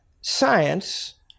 science